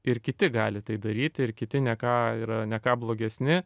ir kiti gali tai daryti ir kiti ne ką yra ne ką blogesni